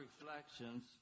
reflections